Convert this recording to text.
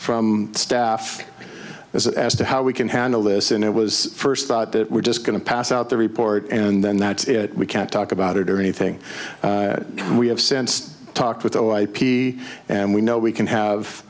from staff as to how we can handle this and it was first thought that we're just going to pass out the report and then that's it we can't talk about it or anything we have sensed talk with oh i p and we know we can have